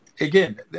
again